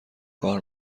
کار